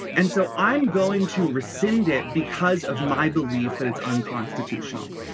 and so i'm going to rescind it because of my belief that it's unconstitutional.